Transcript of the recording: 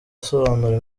asobanura